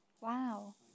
Wow